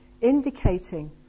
Indicating